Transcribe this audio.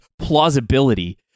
plausibility